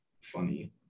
funny